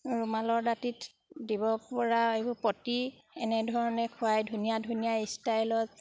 ৰুমালৰ দাঁতিত দিব পৰা এইবোৰ প্ৰতি এনেধৰণে খুৱাই ধুনীয়া ধুনীয়া ষ্টাইলত